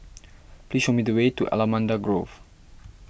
please show me the way to Allamanda Grove